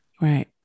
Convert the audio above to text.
Right